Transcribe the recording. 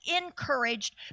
encouraged